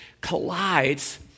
collides